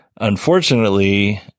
Unfortunately